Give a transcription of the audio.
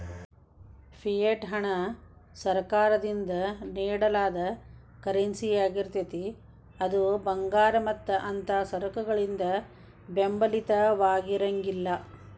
fiat ಹಣ ಸರ್ಕಾರದಿಂದ ನೇಡಲಾದ ಕರೆನ್ಸಿಯಾಗಿರ್ತೇತಿ ಅದು ಭಂಗಾರ ಮತ್ತ ಅಂಥಾ ಸರಕಗಳಿಂದ ಬೆಂಬಲಿತವಾಗಿರಂಗಿಲ್ಲಾ